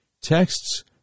texts